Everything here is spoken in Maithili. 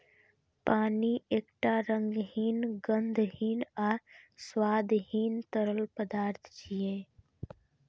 पानि एकटा रंगहीन, गंधहीन आ स्वादहीन तरल पदार्थ छियै